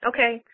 Okay